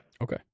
Okay